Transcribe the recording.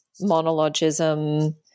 monologism